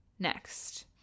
next